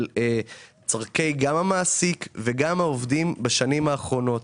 צרכי המעסיק וגם העובדים בשנים האחרונות.